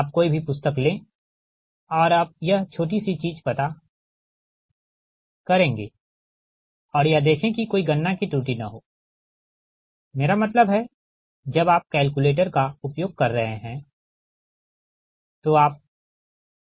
आप कोई भी पुस्तक लें और आप यह छोटी सी चीज पता करेंगे और यह देखे कि कोई गणना की त्रुटि न हो मेरा मतलब है जब आप कैलकुलेटर का उपयोग कर रहे हैं